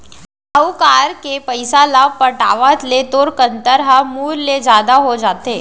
साहूकार के पइसा ल पटावत ले तो कंतर ह मूर ले जादा हो जाथे